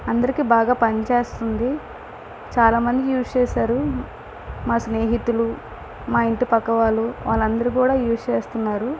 అందరికి బాగా పనిచేస్తుంది చాలా మంది యూజ్ చేసారు మా స్నేహితులు మా ఇంటి పక్క వాళ్ళు వాళ్ళందరు కూడా యూజ్ చేస్తున్నారు